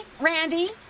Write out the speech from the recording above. Randy